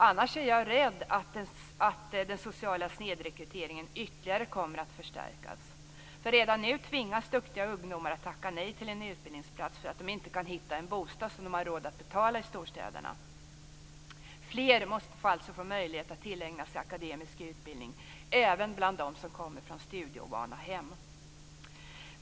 Annars är jag rädd att den sociala snedrekryteringen ytterligare kommer att förstärkas. Redan nu tvingas duktiga ungdomar att tacka nej till en utbildningsplats därför att de inte kan hitta en bostad som de har råd att betala i storstäderna. Fler måste alltså få möjlighet att tillägna sig akademisk utbildning, även bland dem som kommer från studieovana hem.